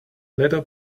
little